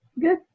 Good